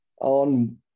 On